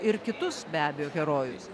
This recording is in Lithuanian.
ir kitus be abejo herojus